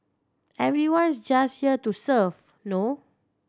everyone's just here to serve no